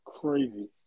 Crazy